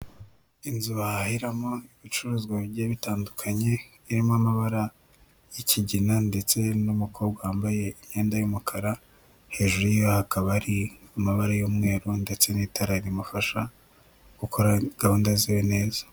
Inzu bahahiramo ibicuruzwa bigiye bitandukanye birimo amabara y'ikigina ndetse n'umukobwa wambaye imyenda y'umukara, hejuru ye hakaba hari amabara y'umweru ndetse n'itara rimufasha gukora gahunda ze neza.